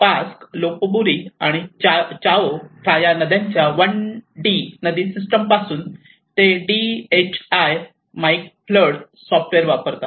पास्क Lopburi आणि Chao Phraya नद्यांच्या 1 D नदी सिस्टम पासून ते डीएचआय माइक फ्लड सॉफ्टवेअर वापरतात